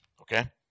Okay